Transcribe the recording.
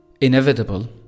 inevitable